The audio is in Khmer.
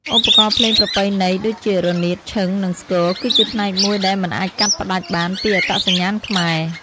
ឧបករណ៍ភ្លេងប្រពៃណីដូចជា រនាត ឈិង និងស្គរ គឺជាផ្នែកមួយដែលមិនអាចកាត់ផ្ដាច់បានពីអត្តសញ្ញាណខ្មែរ។